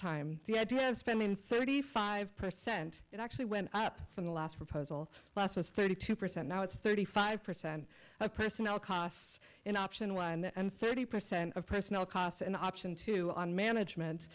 time the idea of spending thirty five percent it actually went up from the last proposal class was thirty two percent now it's thirty five percent of personnel costs in option one and thirty percent of personal cost in option two on management